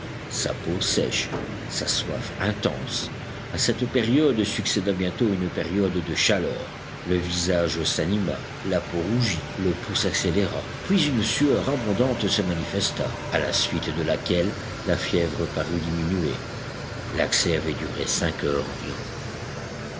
sa peau sèche sa soif intense à cette période succéda bientôt une période de chaleur le visage s'anima la peau rougit le pouls s'accéléra puis une sueur abondante se manifesta à la suite de laquelle la fièvre parut diminuer l'accès avait duré cinq heures environ